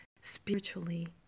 spiritually